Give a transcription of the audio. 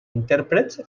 intèrprets